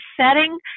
setting